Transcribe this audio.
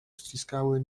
ściskały